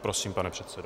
Tak prosím, pane předsedo.